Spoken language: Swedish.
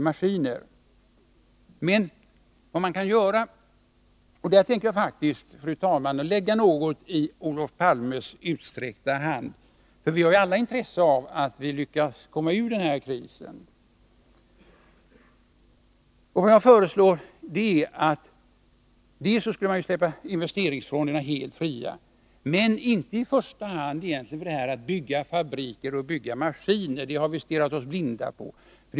Men vad man kan göra — och här tänkte jag faktiskt, fru talman, lägga något i Olof Palmes utsträckta hand, för vi har ju alla intresse av att komma ur denna kris — är att släppa investeringsfonderna helt fria. Men det skulle inte i första hand vara för att bygga fabriker och maskiner — det har vi stirrat oss blinda på.